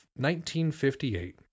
1958